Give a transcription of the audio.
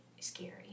scary